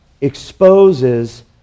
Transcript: exposes